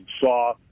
saw